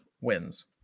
wins